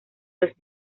los